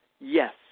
Yes